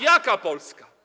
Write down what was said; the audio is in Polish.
Jaka Polska?